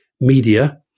media